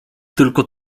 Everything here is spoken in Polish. tylko